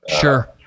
Sure